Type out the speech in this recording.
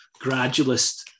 gradualist